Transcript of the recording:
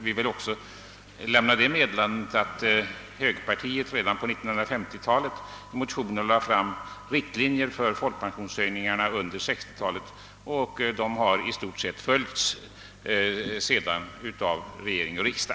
Det bör också framhållas att högerpartiet redan på 1950-talet i motioner drog upp riktlinjer för folkpensionshöjningarna under 1960-talet, och dessa riktlinjer har i stort sett följts av regering och riksdag.